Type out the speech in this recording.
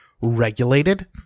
regulated